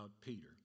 Peter